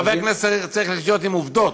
חבר כנסת צריך לחיות עם עובדות.